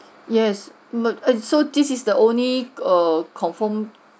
yes but so this is the only err confirmed